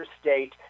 state